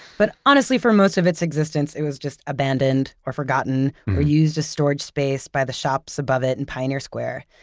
but, honestly, for most of its existence, it was just abandoned or forgotten or used as storage space by the shops above it in pioneer square.